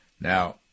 Now